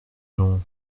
gens